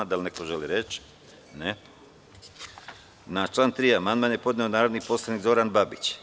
Da li neko želi reč? (Ne) Na član 3. amandman je podneo narodni poslanik Zoran Babić.